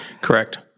Correct